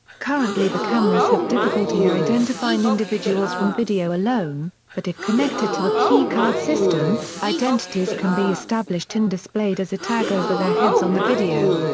currently the cameras have difficulty identifying individuals from video alone but if connected to a key-card system, identities can be established and displayed as a tag over their heads on the video.